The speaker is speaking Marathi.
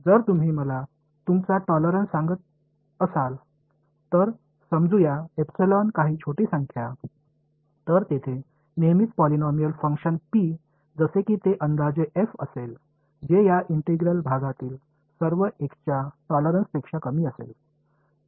मग जर तुम्ही मला तुमचा टॉलरन्स सांगत असाल तर समजूया एप्सिलॉन काही छोटी संख्या तर तेथे नेहमीच पॉलिनॉमियल फंक्शन p जसे कि ते अंदाजे f असेल जे या इंटिग्रल भागातील सर्व एक्सच्या टॉलरन्सपेक्षा कमी असेल